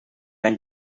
any